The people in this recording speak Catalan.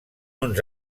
uns